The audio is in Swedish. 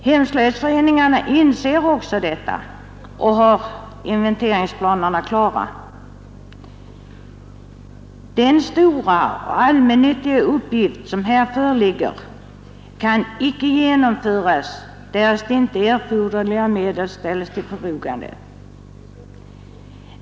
Hemslöjdsföreningarna inser också detta och har inventeringsplaner klara. Den stora och allmännyttiga uppgift som här föreligger kan inte genomföras därest erforderliga medel icke ställes till förfogande.